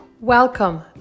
welcome